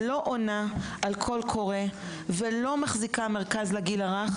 לא עונה על קול קורא ולא מחזיקה מרכז לגיל הרך.